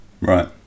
Right